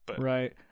Right